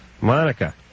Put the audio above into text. Monica